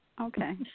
Okay